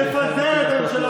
לצערי,